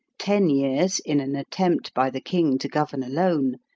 ten years in an attempt by the king to govern alone,